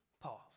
Pause